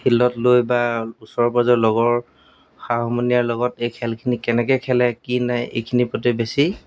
ফিল্ডত লৈ বা ওচৰে পাঁজৰে লগৰ সা সমনীয়াৰ লগত এই খেলখিনি কেনেকৈ খেলে কি নাই এইখিনিৰ প্ৰতি বেছি